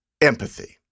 empathy